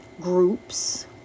groups